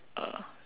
uh